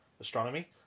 Astronomy